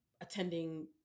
attending